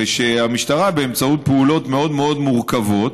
ושהמשטרה, באמצעות פעולות מאוד מורכבות,